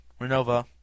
Renova